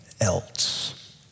else